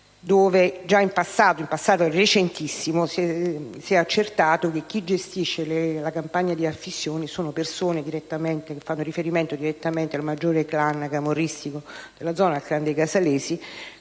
dove già in un passato recentissimo si è accertato che a gestire la campagna di affissioni sono persone che fanno riferimento direttamente al maggiore *clan* camorristico della zona, appunto il *clan* dei casalesi,